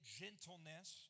gentleness